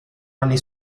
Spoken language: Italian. anni